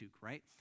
right